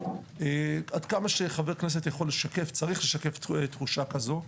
עד כמה שחבר כנסת צריך לשקף תחושה כזו,